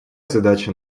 задача